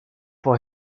for